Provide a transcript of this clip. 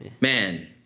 Man